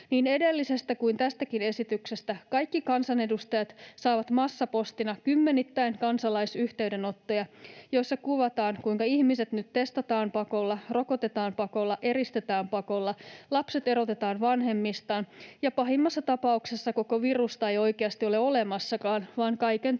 Niin edellisestä kuin tästäkin esityksestä kaikki kansanedustajat saavat massapostina kymmenittäin kansalaisyhteydenottoja, joissa kuvataan, kuinka ihmiset nyt testataan pakolla, rokotetaan pakolla, eristetään pakolla, lapset erotetaan vanhemmistaan ja pahimmassa tapauksessa koko virusta ei oikeasti ole olemassakaan, vaan kaiken takana